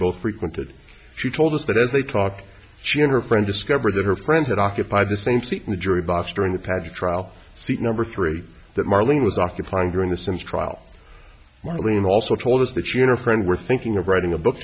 both frequented she told us that as they talked she and her friends discovered that her friends had occupied the same seat in the jury box during the patch a trial seat number three that marlene was occupying during the sims trial marlene also told us that she and her friend were thinking of writing a book